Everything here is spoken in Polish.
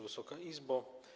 Wysoka Izbo!